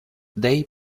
they